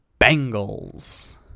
Bengals